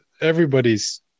Everybody's